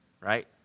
right